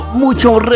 mucho